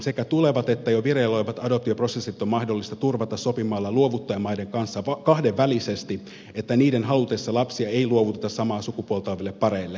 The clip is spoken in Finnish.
sekä tulevat että jo vireillä olevat adoptioprosessit on mahdollista turvata sopimalla luovuttajamaiden kanssa kahdenvälisesti että niiden halutessa lapsia ei luovuteta samaa sukupuolta oleville pareille